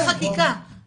למה צריך חקיקה לזה גם?